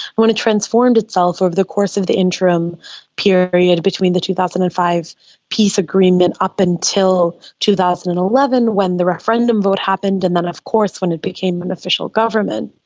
when it transformed itself over the course of the interim period between the two thousand and five peace agreement up until two thousand and eleven when the referendum vote happened and then of course when it became an official government